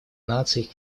наций